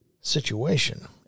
situation